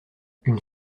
une